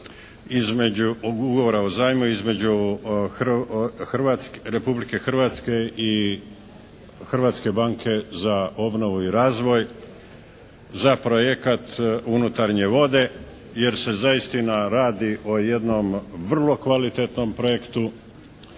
između Republike Hrvatske i Hrvatske banke za obnovu i razvoj za projekat unutarnje vode jer se zaistina radi o jednom vrlo kvalitetnom projektu